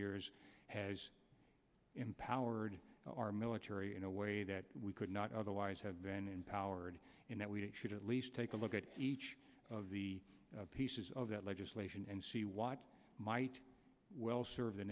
years has empowered our military in a way that we could not otherwise have been empowered in that we should at least take a look at each of the pieces of that legislation and see what might well serve the